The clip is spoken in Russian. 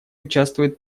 участвует